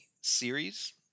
series